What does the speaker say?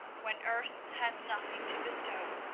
when earth has nothing to bestow,